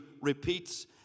repeats